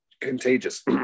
contagious